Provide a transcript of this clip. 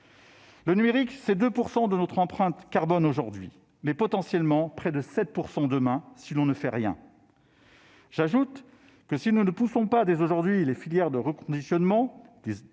Le numérique, c'est 2 % de notre empreinte carbone aujourd'hui, mais, potentiellement, près de 7 % demain si l'on ne fait rien. En outre, si nous ne soutenons pas dès aujourd'hui les filières de reconditionnement